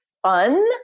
Fun